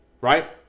right